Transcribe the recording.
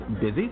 busy